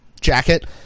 jacket